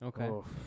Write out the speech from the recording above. Okay